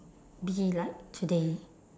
be like today